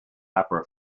opera